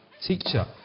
teacher